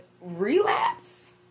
relapse